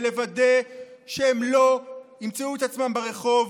לוודא שהם לא ימצאו את עצמם ברחוב,